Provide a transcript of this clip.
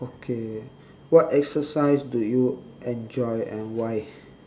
okay what exercise do you enjoy and why